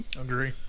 agree